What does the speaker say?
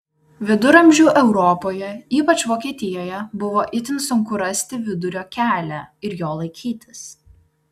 viduramžių europoje ypač vokietijoje buvo itin sunku rasti vidurio kelią ir jo laikytis